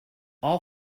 all